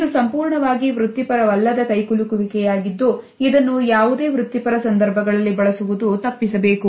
ಇದು ಸಂಪೂರ್ಣವಾಗಿ ವೃತ್ತಿಪರವಲ್ಲದ ಕೈಕುಲುಕುವಿಕೆಯಾಗಿದ್ದು ಇದನ್ನು ಯಾವುದೇ ವೃತ್ತಿಪರ ಸಂದರ್ಭಗಳಲ್ಲಿ ಬಳಸುವುದನ್ನು ತಪ್ಪಿಸಬೇಕು